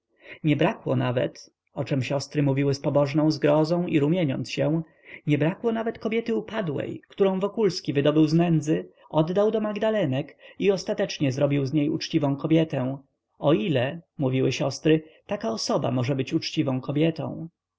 nie brakło nawet o czem siostry mówiły z pobożną zgrozą i rumieniąc się nie brakło nawet kobiety upadłej którą wokulski wydobył z nędzy oddał do magdalenek i ostatecznie zrobił z niej uczciwą kobietę o ile mówiły siostry taka osoba może być uczciwą kobietą